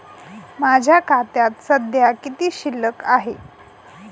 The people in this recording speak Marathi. माझ्या खात्यात सध्या किती शिल्लक आहे?